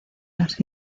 las